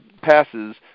passes